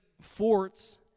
forts